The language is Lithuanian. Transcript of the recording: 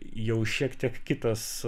jau šiek tiek kitas